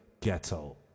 Ghetto